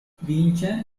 vince